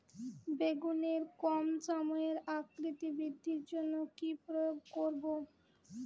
বেগুনের কম সময়ে আকৃতি বৃদ্ধির জন্য কি প্রয়োগ করব?